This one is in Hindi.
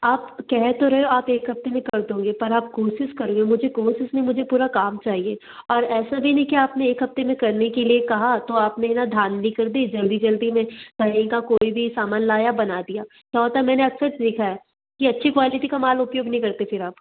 आप कहे तो रहे हो आप एक हफ़्ते में कर दोगे पर आप कोशिश करोगे मुझे कोशिश नहीं मुझे पूरा काम चाहिए और ऐसा भी नहीं कि आपने एक हफ़्ते में करने के लिए कहा तो आपने न धांधली कर दी जल्दी जल्दी में कहीं का कोई भी सामान लाया बना दिया क्या होता मैंने अक्सर देखा है कि अच्छी क्वालिटी का माल उपयोग नहीं करते फिर आप